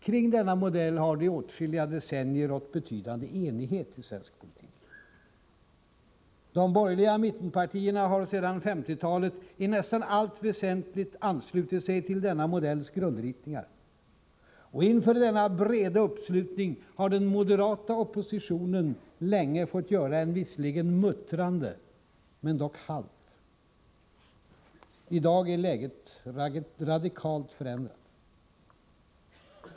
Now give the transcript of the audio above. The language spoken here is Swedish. Kring denna modell har det i åtskilliga decennier rått betydande enighet i svensk politik. De borgerliga mittenpartierna har sedan 1950-talet i nästan allt väsentligt anslutit sig till denna modells grundritningar. Inför denna breda uppslutning har den moderata oppositionen länge fått göra en visserligen muttrande men dock halt. I dag är läget radikalt förändrat.